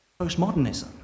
Postmodernism